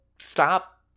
stop